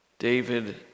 David